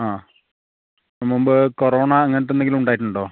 ആ മുമ്പ് കൊറോണ അങ്ങനത്തെ എന്തെങ്കിലും ഉണ്ടായിട്ടുണ്ടോ